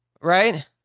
right